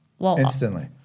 Instantly